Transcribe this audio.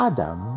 Adam